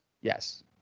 Yes